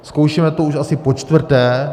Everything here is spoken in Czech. Zkoušíme to už asi počtvrté.